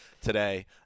today